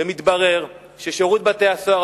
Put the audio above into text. ומתברר ששירות בתי-הסוהר,